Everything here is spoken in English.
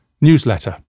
newsletter